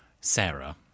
Sarah